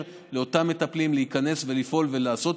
לאותם מטפלים להיכנס ולפעול ולעשות?